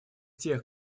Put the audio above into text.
тех